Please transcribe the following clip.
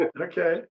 Okay